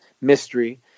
mystery